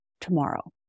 tomorrow